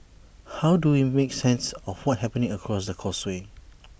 how do we make sense of what's happening across the causeway